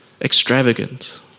extravagant